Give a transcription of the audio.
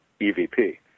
EVP